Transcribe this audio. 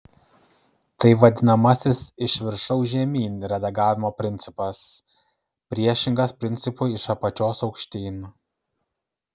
tai vadinamasis iš viršaus žemyn redagavimo principas priešingas principui iš apačios aukštyn